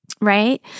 Right